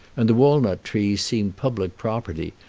and the walnut-trees seemed public property,